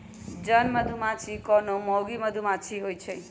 जन मधूमाछि कोनो मौगि मधुमाछि होइ छइ